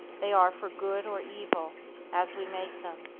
they are for good or evil as we make them.